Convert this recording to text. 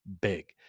big